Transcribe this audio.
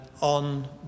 on